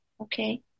Okay